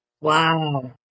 Wow